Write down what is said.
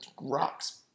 rocks